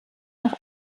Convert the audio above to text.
nach